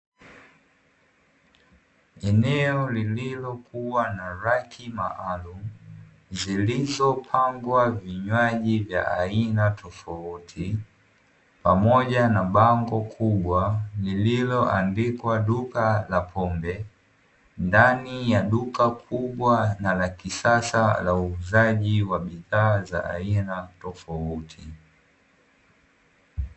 Eneo lililokuwa na raki maalumu zilizo pangwa vinywaji vya aina tofauti, pamoja na bango kubwa lililoandikwa "duka la pombe" ndani ya duka kubwa na la kisasa la uuzaji wa bidhaa za aina tofauti.